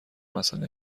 مسئله